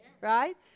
right